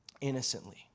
innocently